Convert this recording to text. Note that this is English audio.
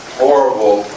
horrible